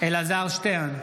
אלעזר שטרן,